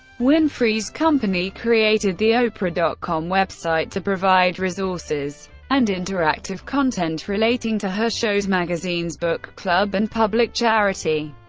winfrey's company created the oprah dot com website to provide resources and interactive content relating to her shows, magazines, book club, and public charity.